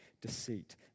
deceit